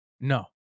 No